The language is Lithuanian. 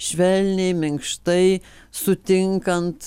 švelniai minkštai sutinkant